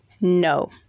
no